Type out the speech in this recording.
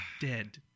dead